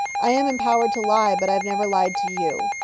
i am empowered to lie. but i have never lied to you.